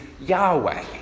Yahweh